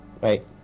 Right